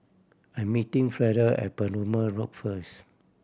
I'm meeting Frieda at Perumal Road first